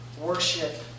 worship